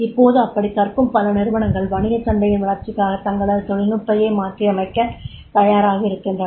இப்போது அப்படிக் கற்கும் பல நிறுவனங்கள் வணிகச் சந்தையின் வளர்ச்சிக்காகத் தங்களது தொழில்நுட்பத்தையே மாற்றியமைக்கத் தயாராகின்றன